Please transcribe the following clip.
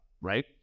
right